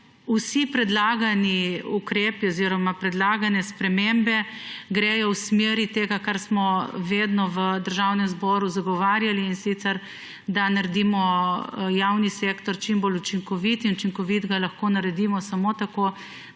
Vsi predlagani ukrepi oziroma predlagane spremembe gredo v smeri tega, kar smo vedno v Državnem zboru zagovarjali, in sicer da naredimo javni sektor čim bolj učinkovit. Učinkovitega pa lahko naredimo samo tako,